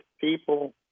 people